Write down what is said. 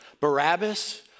Barabbas